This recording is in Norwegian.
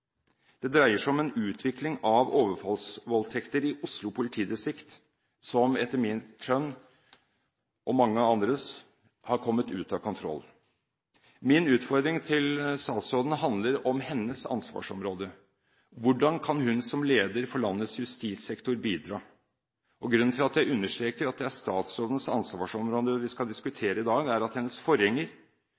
Det dreier seg om en utvikling av overfallsvoldtekter i Oslo politidistrikt, som etter mitt og mange andres skjønn har kommet ut av kontroll. Min utfordring til statsråden handler om hennes ansvarsområde. Hvordan kan hun som leder for landets justissektor bidra? Grunnen til at jeg understreker at det er statsrådens ansvarsområde vi skal diskutere i dag, er at hennes forgjenger